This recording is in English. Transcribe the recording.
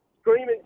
screaming